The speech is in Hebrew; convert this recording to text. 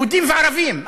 יהודים וערבים,